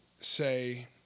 say